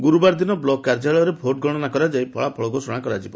ଗୁରୁବାର ଦିନ ବ୍ଲକ କାର୍ଯ୍ୟାଳୟରେ ଭୋଟଗଶନା କରାଯାଇ ଫଳାଫଳ ଘୋଷଣା କରାଯିବ